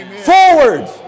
Forward